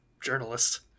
journalist